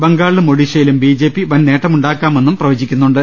ബംഗാളിലും ഒഡീഷയിലും B J P വൻ നേട്ടമു ണ്ടാക്കുമെന്നും പ്രവചിക്കുന്നുണ്ട്